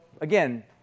again